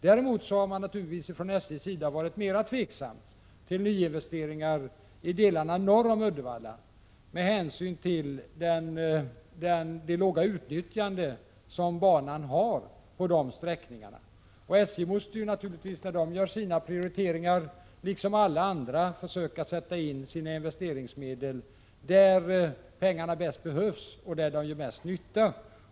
Däremot har man från SJ:s sida naturligtvis varit mer tveksam till nya investeringar i delarna norr om Uddevalla, med hänsyn till det låga utnyttjande som banan har på de sträckningarna. SJ måste ju, liksom alla andra, när man gör sina prioriteringar försöka sätta in investeringsmedlen där pengarna bäst behövs och gör mest nytta.